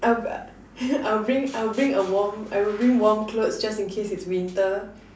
I I will bring I will bring a warm I will bring warm clothes just in case it's winter